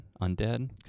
undead